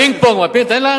פינג-פונג, תן לי לענות.